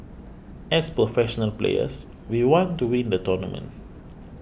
as professional players we want to win the tournament